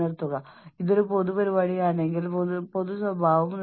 പക്ഷേ എനിക്ക് ബോധ്യപ്പെടുത്തുന്ന ഒരു വാദമെങ്കിലും വേണം